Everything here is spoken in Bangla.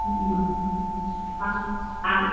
হুম আর আর